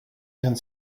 and